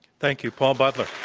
thank you. paul butler.